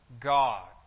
God